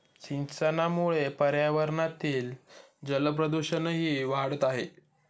सिंचनामुळे पर्यावरणातील जलप्रदूषणही वाढत आहे